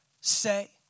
say